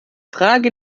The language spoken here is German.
frage